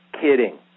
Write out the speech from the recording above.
kidding